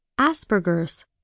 Asperger's